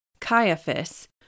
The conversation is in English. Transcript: Caiaphas